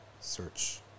Search